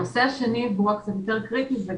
הנושא השני והוא קצת יותר קריטי גם